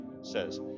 says